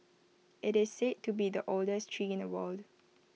IT is said to be the oldest tree in the world